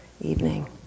evening